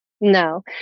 No